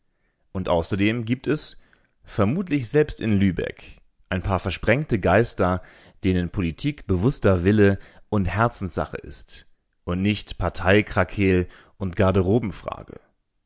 und außerdem gibt es vermutlich selbst in lübeck ein paar versprengte geister denen politik bewußter wille und herzenssache ist und nicht parteikrakeel und